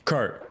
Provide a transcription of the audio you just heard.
Kurt